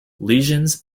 lesions